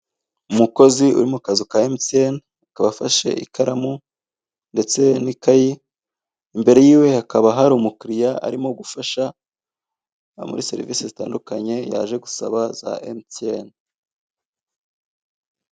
Umukozi uri mu kazu ka emutiyeni akaba afashe ikaramu ndetse n'ikayi, imbere yiwe hakaba hari umukiriya arimo gufasha muri serivise zitandukanye yaje gusaba za emutiyeni